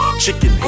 chicken